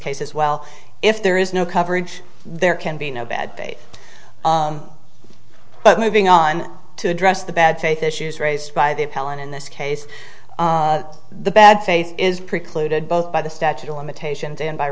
case as well if there is no coverage there can be no bad faith but moving on to address the bad faith issues raised by the palin in this case the bad faith is precluded both by the statute of limitations and by